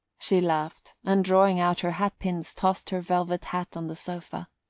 she laughed, and drawing out her hat pins tossed her velvet hat on the sofa.